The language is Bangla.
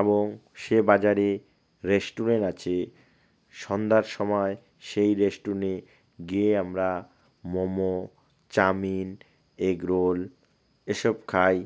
এবং সে বাজারে রেস্টুরেন্ট আছে সন্ধ্যার সময় সেই রেস্টুরেন্টে গিয়ে আমরা মোমো চাউমিন এগরোল এসব খাই